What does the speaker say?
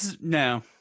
No